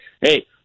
hey